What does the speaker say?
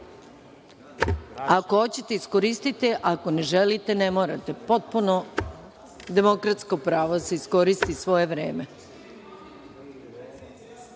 hoćete iskoristite, ako ne želite ne morate. Potpuno demokratsko pravo da se iskoristi svoje vreme. Da